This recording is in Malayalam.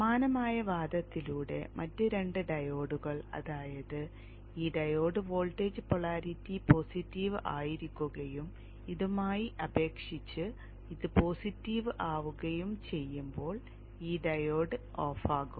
സമാനമായ വാദത്തിലൂടെ മറ്റ് 2 ഡയോഡുകൾ അതായത് ഈ ഡയോഡ് വോൾട്ടേജ് പോളാരിറ്റി പോസിറ്റീവ് ആയിരിക്കുകയും ഇതുമായി അപേക്ഷിച്ച് ഇത് പോസിറ്റീവ് ആവുകയും ചെയ്യുമ്പോൾ ഈ ഡയോഡ് ഓഫാകും